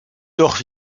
doch